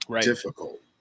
difficult